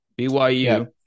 BYU